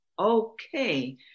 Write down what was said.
Okay